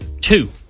Two